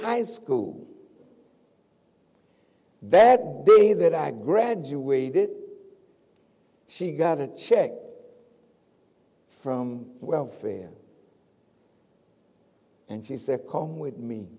high school that day that i graduated she got a check from welfare and she said come with me